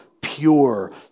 pure